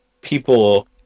people